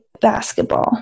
basketball